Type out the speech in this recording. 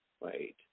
wait